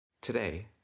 Today